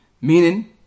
Meaning